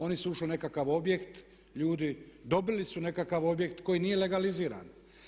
Oni su ušli u nekakav objekt, dobili su nekakav objekt koji nije legaliziran.